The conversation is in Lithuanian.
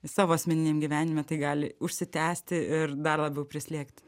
savo asmeniniam gyvenime tai gali užsitęsti ir dar labiau prislėgti